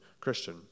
Christian